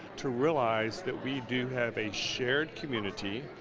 to realize that we do have a shared community,